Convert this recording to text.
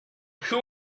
who